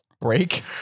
break